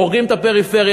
הורגים את הפריפריה,